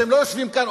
שהם לא יושבים כאן,